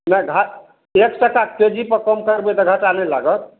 नहि घा एक टाकाके जीपर कम करबय तऽ घाटा नहि लागत